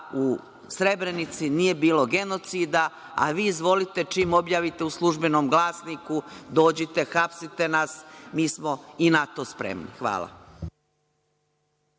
u Srebrenici nije bilo genocida, a vi, izvolite, čim objavite u „Službenom glasniku“, dođite hapsite nas, mi smo i na to spremni. Hvala.